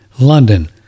London